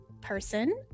person